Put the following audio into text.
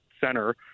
center